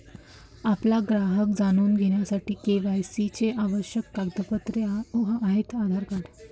आपला ग्राहक जाणून घेण्यासाठी के.वाय.सी चे आवश्यक कागदपत्रे आहेत आधार कार्ड